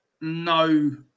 no